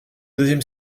deuxième